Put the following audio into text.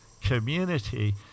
community